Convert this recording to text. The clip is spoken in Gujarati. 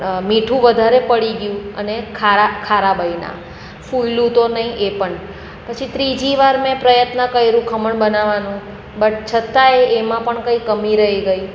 મીઠું વધારે પડી ગયું અને ખારા ખરા બન્યા ફૂલ્યું તો નહિ એ પણ પછી ત્રીજી વાર મેં પ્રયત્ન કર્યોં ખમણ બનાવવાનો બ છતાંએ એમાં પણ કંઈ કમી રહી ગઈ